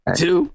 two